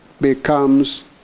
becomes